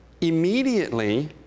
Immediately